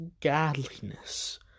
godliness